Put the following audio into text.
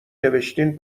نوشتین